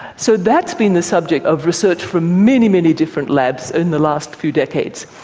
so that's been the subject of research from many, many different labs in the last few decades.